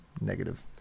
negative